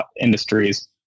industries